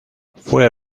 fue